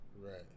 right